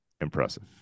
impressive